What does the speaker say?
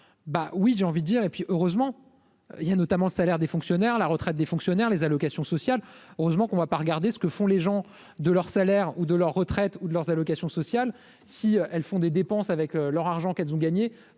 bah oui, j'ai envie, dire et puis heureusement il y a notamment le salaire des fonctionnaires, la retraite des fonctionnaires les allocations sociales, heureusement qu'on ne va pas regarder ce que font les gens de leur salaire ou de leur retraite ou de leurs allocations sociales si elles font des dépenses avec leur argent, qu'elles ont gagné